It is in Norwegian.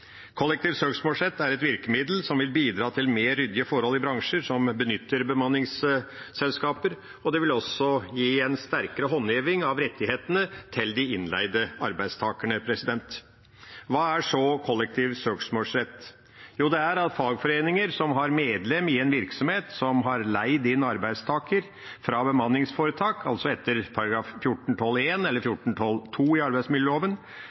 Kollektiv søksmålsrett er et virkemiddel som vil bidra til mer ryddige forhold i bransjer som benytter bemanningsselskaper, og det vil også gi en sterkere håndheving av rettighetene til de innleide arbeidstakerne. Hva er så kollektiv søksmålsrett? Jo, det er at fagforeninger som har medlemmer i en virksomhet som har leid inn arbeidstaker fra bemanningsforetak, altså etter § 14-12 første ledd eller § 14-12 andre ledd i arbeidsmiljøloven,